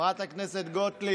חברת הכנסת גוטליב,